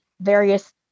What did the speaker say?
various